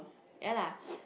ya lah